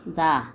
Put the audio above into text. जा